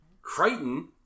Crichton